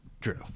Drew